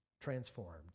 transformed